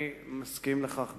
אני מסכים לכך בחפץ-לב.